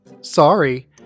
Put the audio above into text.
Sorry